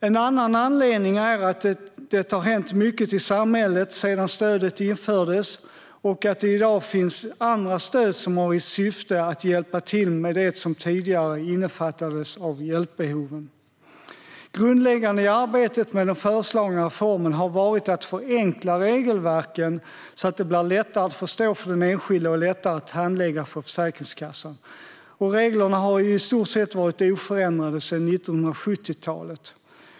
En annan anledning är att det har hänt mycket i samhället sedan stöden infördes och att det i dag finns andra stöd som har till syfte att hjälpa till med det som tidigare innefattades av hjälpbehoven. Grundläggande i arbetet med den föreslagna reformen har varit att förenkla regelverken så att de blir lättare att förstå för den enskilde och lättare att handlägga för Försäkringskassan. Reglerna har i stort sett varit oförändrade sedan 1970-talet.